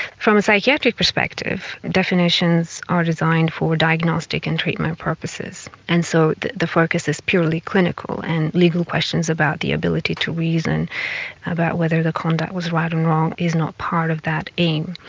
from a psychiatric perspective, definitions are designed for diagnostic and treatment purposes, and so the the focus is purely clinical, and legal questions about the ability to reason about whether the conduct was right or and wrong is not part of that aim.